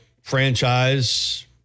franchise